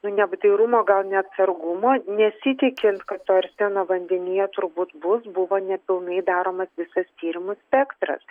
nu neapdairumo gal neatsargumo nesitikint to arseno vandenyje turbūt bus buvo nepilnai daromas visas tyrimų spektras